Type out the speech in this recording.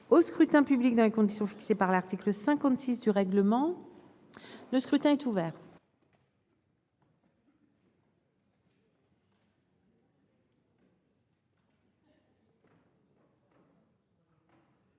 au scrutin dans les conditions fixées par l'article 56 du règlement. Le scrutin est ouvert.